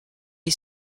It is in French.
est